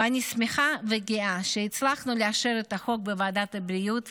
ואני שמחה וגאה שהצלחנו לאשר את החוק בוועדת הבריאות.